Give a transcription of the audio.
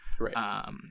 Right